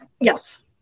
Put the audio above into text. Yes